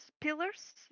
pillars